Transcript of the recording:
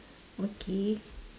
okay